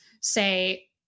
say